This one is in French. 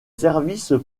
services